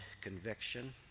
conviction